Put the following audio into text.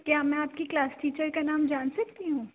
کیا میں آپ کی کلاس ٹیچر کا نام جان سکتی ہوں